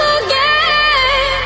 again